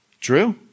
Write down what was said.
True